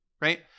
right